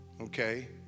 okay